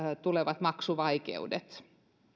tulevat maksuvaikeudet